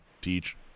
teach